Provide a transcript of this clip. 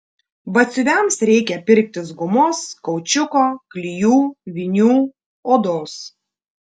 batsiuviams reikia pirktis gumos kaučiuko klijų vinių odos